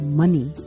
money